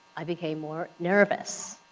i became more nervous.